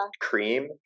cream